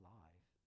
life